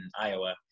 iowa